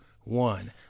one